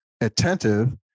attentive